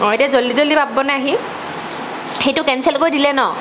অঁ এতিয়া জল্ডি জল্ডি পাবনে আহি সেইটো কেঞ্চেল কৰি দিলে ন